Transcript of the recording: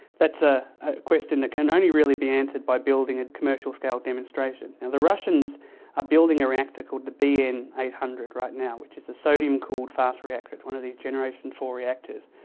that's a question that can only really be answered by building a commercial scale demonstration. and the russians are building a reactor called the bn eight hundred right now, which is a sodium cooled fast reactor, it's one of these generation four reactors,